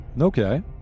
okay